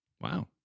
wow